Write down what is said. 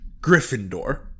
Gryffindor